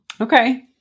Okay